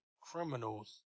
criminals